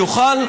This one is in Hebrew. יוכל,